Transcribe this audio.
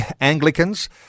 Anglicans